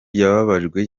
yababajwe